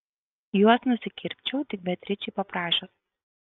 juos nusikirpčiau tik beatričei paprašius